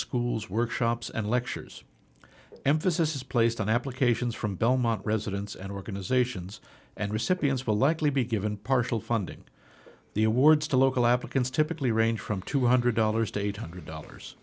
schools workshops and lectures emphasis is placed on applications from belmont residents and organizations and recipients will likely be given partial funding the awards to local applicants typically range from two hundred dollars to eight hundred dollars